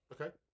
Okay